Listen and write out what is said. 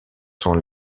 sont